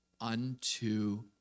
unto